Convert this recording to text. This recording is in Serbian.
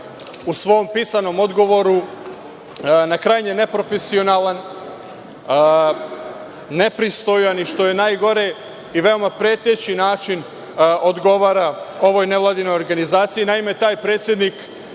u svom pisanom odgovoru na krajnje neprofesionalan, nepristojan i što je najgore i veoma preteći način odgovara ovoj nevladinoj organizaciji. Naime, taj predsednik